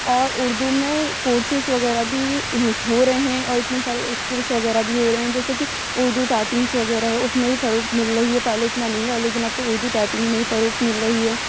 اور اردو میں کورسز وغیرہ بھی ہو رہے ہیں اور اتنے سارے اسکلس وغیرہ بھی ہو رہے ہیں جیسے کہ اردو ٹائپنگس وغیرہ ہے اس میں بھی فروغ مل رہی ہے پہلے اتنا نہیں تھا لیکن اب تو اردو ٹائپنگ میں بھی فروغ مل رہی ہے